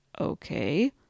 Okay